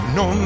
no